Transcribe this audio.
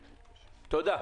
תודה.